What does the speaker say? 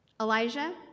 Elijah